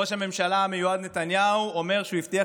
ראש הממשלה המיועד נתניהו אומר שהוא הבטיח